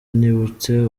nibutse